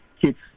kids